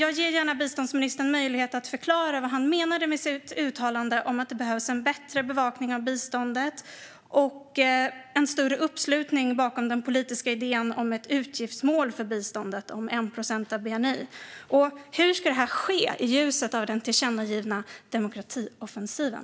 Jag ger gärna biståndsministern möjlighet att förklara vad han menade med sitt uttalande om att det behövs en "bättre" bevakning av biståndet och en större uppslutning bakom den politiska idén om ett utgiftsmål för biståndet om 1 procent av bni. Hur ska det här ske i ljuset av den tillkännagivna demokratioffensiven?